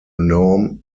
norm